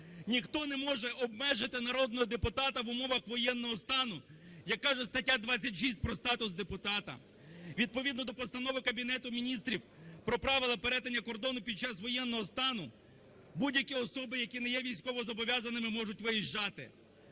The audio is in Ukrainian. Ніхто не може обмежити народного депутата в умовах воєнного стану, як каже стаття 26 про статус депутата. Відповідно до Постанови Кабінету Міністрів про правила перетину кордону під час воєнного стану будь-які особи, які не є військовозобов'язаними, можуть виїжджати.